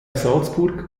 salzburg